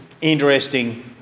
interesting